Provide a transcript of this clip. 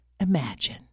imagine